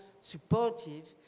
supportive